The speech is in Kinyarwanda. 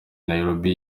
nairobi